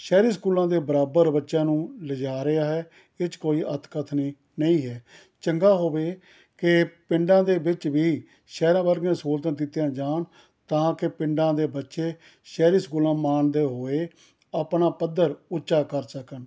ਸ਼ਹਿਰੀ ਸਕੂਲਾਂ ਦੇ ਬਰਾਬਰ ਬੱਚਿਆਂ ਨੂੰ ਲਿਜਾ ਰਿਹਾ ਹੈ ਇਹ 'ਚ ਕੋਈ ਅਥਕਥਨੀ ਨਹੀਂ ਹੈ ਚੰਗਾ ਹੋਵੇ ਕਿ ਪਿੰਡਾਂ ਦੇ ਵਿੱਚ ਵੀ ਸ਼ਹਿਰਾਂ ਵਰਗੀਆਂ ਸਹੂਲਤਾਂ ਦਿੱਤੀਆਂ ਜਾਣ ਤਾਂ ਕਿ ਪਿੰਡਾਂ ਦੇ ਬੱਚੇ ਸ਼ਹਿਰੀ ਸਕੂਲਾਂ ਮਾਣਦੇ ਹੋਏ ਆਪਣਾ ਪੱਧਰ ਉੱਚਾ ਕਰ ਸਕਣ